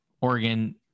Oregon